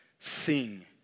Sing